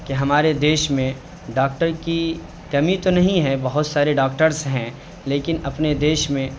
کہ ہمارے دیش میں ڈاکٹر کی کمی تو نہیں ہے بہت سارے ڈاکٹرز ہیں لیکن اپنے دیش میں